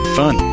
fun